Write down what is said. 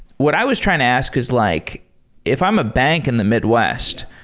what i was trying to ask is like if i'm a bank in the midwest,